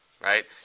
right